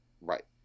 Right